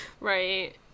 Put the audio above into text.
right